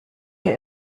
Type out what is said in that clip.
ihr